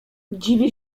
dziwię